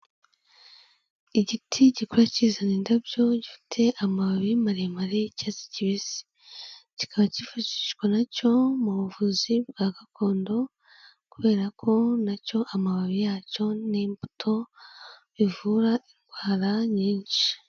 Igiti gikura kizana indabyo gifite amababi maremare y'icyatsi kibisi. Kikaba cyifashishwa na cyo mu buvuzi bwa gakondo, kubera ko na cyo amababi yacyo n'imbuto bivura indwara nyinshi.